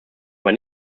aber